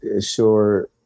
sure